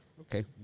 Okay